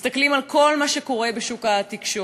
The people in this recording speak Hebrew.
מסתכלים על כל מה שקורה בשוק התקשורת,